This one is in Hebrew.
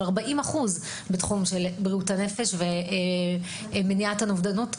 40% בתחום בריאות הנפש ומניעת אובדנות,